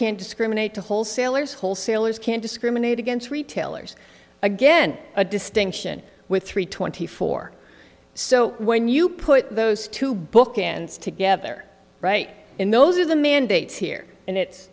can't discriminate to wholesalers wholesalers can't discriminate against retailers again a distinction with three twenty four so when you put those two bookends together in those are the mandates here and it's